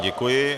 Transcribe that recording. Děkuji.